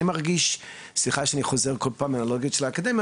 אני מרגיש וסליחה שאני כל פעם חוזר על האנלוגיות של האקדמיה,